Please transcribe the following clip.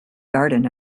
garden